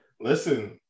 Listen